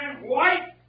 white